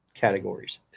categories